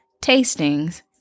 tastings